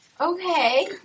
Okay